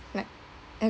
like